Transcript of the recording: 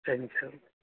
சரிங்க சார்